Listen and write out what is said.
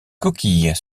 coquilles